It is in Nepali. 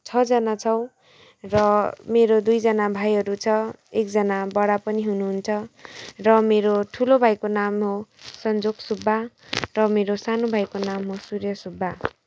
छजना छौँ र मेरो दुईजना भाइहरू छ एकजना बडा पनि हुनुहुन्छ र मेरो ठुलो भाइको नाम हो सन्जोग सुब्बा र मेरो सानो भाइको नाम हो सुर्य सुब्बा